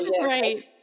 Right